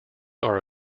are